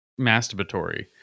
masturbatory